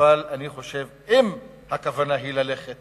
אבל אני חושב שאם הכוונה היא ללכת